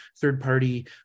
third-party